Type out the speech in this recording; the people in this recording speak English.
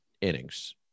innings